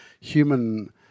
human